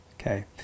Okay